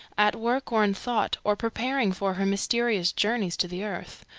at work or in thought, or preparing for her mysterious journeys to the earth.